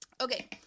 Okay